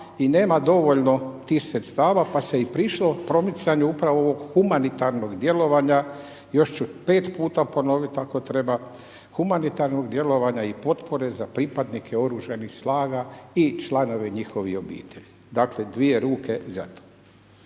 i nema dovoljno tih sredstva pa se i prišlo promicanju pravo ovog humanitarnog djelovanja, još ću 5 puta ponoviti ako treba, humanitarnog djelovanja i potpore za pripadnike OS-a i članova njihovih obitelji. Dakle dvije ruke za to.